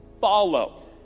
Follow